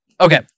Okay